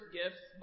gifts